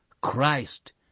Christ